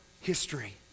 history